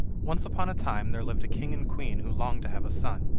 once upon a time there lived a king and queen who longed to have a son.